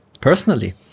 personally